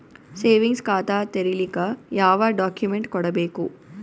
Savings ಖಾತಾ ತೇರಿಲಿಕ ಯಾವ ಡಾಕ್ಯುಮೆಂಟ್ ಕೊಡಬೇಕು?